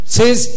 says